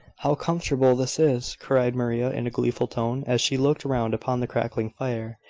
how comfortable this is! cried maria, in a gleeful tone, as she looked round upon the crackling fire,